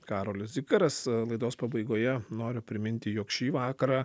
karolis zikaras laidos pabaigoje noriu priminti jog šį vakarą